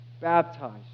baptized